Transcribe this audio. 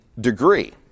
degree